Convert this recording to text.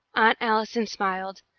aunt allison smiled.